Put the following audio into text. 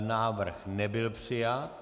Návrh nebyl přijat.